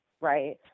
right